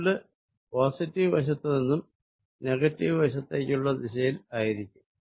field positive വശത്ത് നിന്നും negative വശത്തേക്കുള്ള ദിശയിൽ ആയിരിക്കും